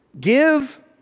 Give